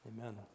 Amen